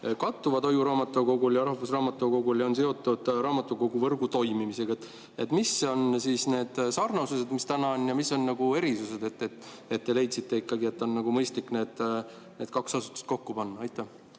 hoiuraamatukogul ja rahvusraamatukogul kattuvad ning on seotud raamatukoguvõrgu toimimisega. Mis on siis need sarnasused, mis täna on, ja mis on erisused, kui te leidsite, et on mõistlik need kaks asutust kokku panna? Aitäh,